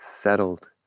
settled